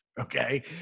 Okay